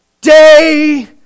day